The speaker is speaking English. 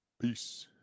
Peace